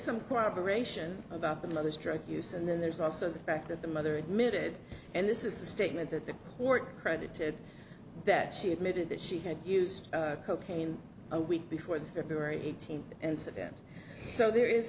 some cooperation about the mother's drug use and then there's also the fact that the mother admitted and this is the statement that the court credited that she admitted that she had used cocaine a week before the team incident so there is